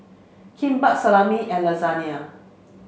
Kimbap Salami and Lasagne